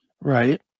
right